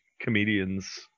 comedians